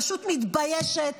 מתביישת,